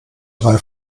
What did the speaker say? drei